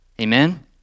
Amen